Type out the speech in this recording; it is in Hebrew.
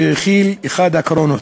שהכיל אחד הקרונות.